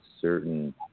certain